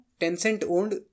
Tencent-owned